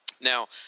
Now